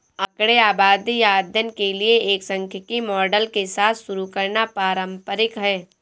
आंकड़े आबादी या अध्ययन के लिए एक सांख्यिकी मॉडल के साथ शुरू करना पारंपरिक है